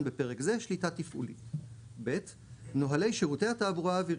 בפרק זה - שליטה תפעולית); נהלי שירותי התעבורה האווירית,